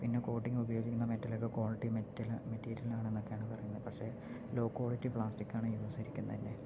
പിന്നെ കോട്ടിങ്ങിന് ഉപയോഗിച്ചിരുന്ന മെറ്റലൊക്കെ ക്വാളിറ്റി മെറ്റൽ മെറ്റീരിയൽ ആണെന്നൊക്കെയാണ് പറയുന്നത് പക്ഷെ ലോ ക്വാളിറ്റി പ്ലാസ്റ്റിക്കാണ് യൂസ് ചെയ്തിരിക്കുന്നത് തന്നെ